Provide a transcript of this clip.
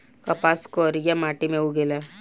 कपास करिया माटी मे उगेला